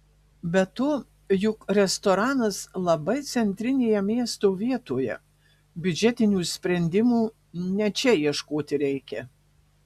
be to juk restoranas labai centrinėje miesto vietoje biudžetinių sprendimų ne čia ieškoti reikia